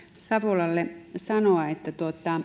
savolalle sanoa että